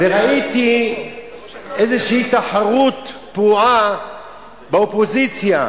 וראיתי איזו תחרות פרועה באופוזיציה.